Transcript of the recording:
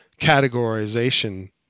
categorization